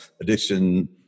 addiction